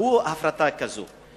דחו הפרטה כזאת,